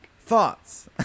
Thoughts